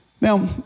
Now